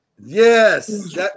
Yes